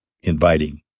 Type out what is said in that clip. inviting